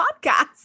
Podcasts